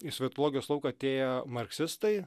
į sovietologijos lauką atėję marksistai